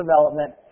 development